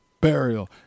burial